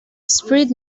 spread